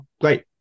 great